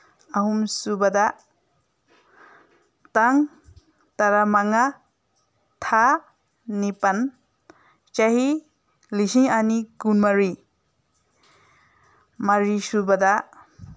ꯑꯍꯨꯝꯁꯨꯕꯗ ꯇꯥꯡ ꯇꯔꯥꯃꯉꯥ ꯊꯥ ꯅꯤꯄꯥꯟ ꯆꯍꯤ ꯂꯤꯁꯤꯡ ꯑꯅꯤ ꯀꯨꯟꯃꯔꯤ ꯃꯔꯤꯁꯨꯕꯗ